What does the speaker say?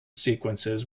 sequences